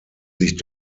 sich